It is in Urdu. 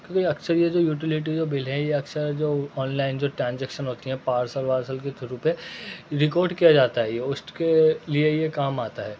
کیونکہ اکثر یہ جو یوٹیلیٹی جو بل ہے یہ اکثر جو آن لائن جو ٹرانزیکشن ہوتی ہیں پارسل وارسل کے تھرو پہ ریکارڈ کیا جا تا ہے یہ اس کے لیے یہ کام آتا ہے